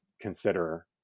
consider